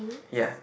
ya